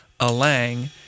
a-lang